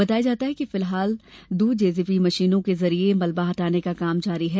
बताया जाता है कि फिलहाल दो जेसीबी मशीनों के जरिए मलबा हटाने का काम जारी है